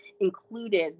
included